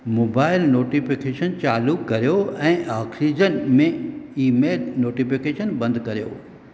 mobile notification चालू करियो ऐं ऑक्सीज़न में ईमेल नोटिफ़िकेशन बंदु करियो